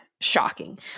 shocking